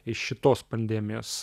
iš šitos pandemijos